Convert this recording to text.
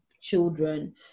children